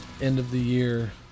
end-of-the-year